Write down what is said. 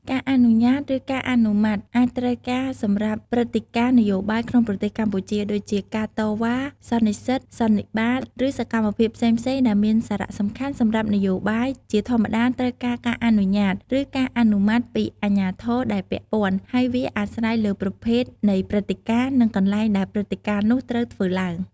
ការអនុញ្ញាត ឬការអនុម័តអាចត្រូវការសម្រាប់ព្រឹត្តិការណ៍នយោបាយក្នុងប្រទេសកម្ពុជា ដូចជា ការតវ៉ា សន្និសីទ សន្និបាត ឬសកម្មភាពផ្សេងៗដែលមានសារៈសំខាន់សម្រាប់នយោបាយ ជាធម្មតាត្រូវការការអនុញ្ញាត ឬការអនុម័តពីអាជ្ញាធរដែលពាក់ព័ន្ធ ហើយវាអាស្រ័យលើប្រភេទនៃព្រឹត្តិការណ៍ និងកន្លែងដែលព្រឹត្តិការណ៍នោះត្រូវធ្វើឡើង។